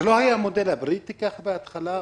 זה לא היה המודל הבריטי בהתחלה?